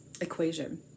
equation